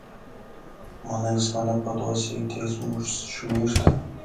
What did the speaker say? manai jis mane paduos į teismą už šmeižtą